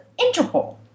Interpol